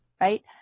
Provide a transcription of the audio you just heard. Right